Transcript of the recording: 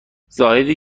زاهدی